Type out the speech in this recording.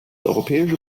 europäische